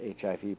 HIV